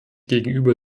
gegenüber